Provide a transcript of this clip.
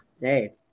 Hey